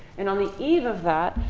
and on the eve of that,